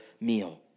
meal